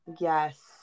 Yes